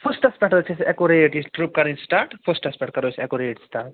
فٔرسٹَس پٮ۪ٹھ حظ چھِ اسہِ ایٚکوٚریٹ یہِ ٹٕرٛپ کَرٕنۍ سِٹارٹ فٔرسٹس پٮ۪ٹھ کَرو أسۍ ایٚکوٚریٹ سِٹارٹ